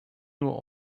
nur